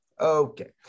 Okay